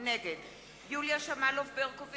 נגד יוליה שמאלוב-ברקוביץ,